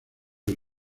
del